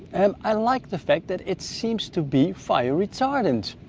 and i like the fact that it seems to be fire retardant.